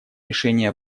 решение